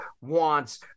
wants